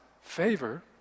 favor